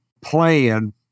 plan